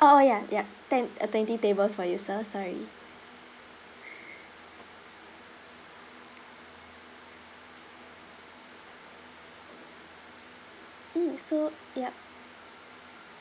oh oh yup yup ten uh twenty tables for you sir sorry mm so yup